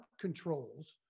controls